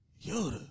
yo